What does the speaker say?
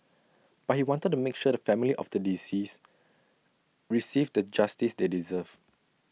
but he wanted to make sure the family of the deceased received the justice they deserved